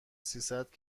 سیصد